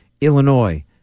Illinois